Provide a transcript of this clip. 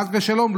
חס ושלום,